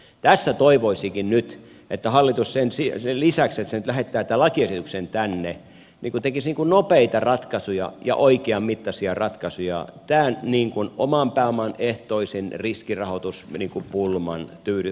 tässä toivoisikin nyt että hallitus sen lisäksi että se nyt lähettää tämän lakiesityksen tänne tekisi nopeita ratkaisuja ja oikean mittaisia ratkaisuja tämän oman pääoman ehtoisen riskirahoituspulman voittamiseksi